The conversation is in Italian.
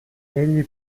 egli